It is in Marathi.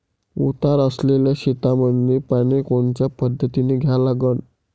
उतार असलेल्या शेतामंदी पानी कोनच्या पद्धतीने द्या लागन?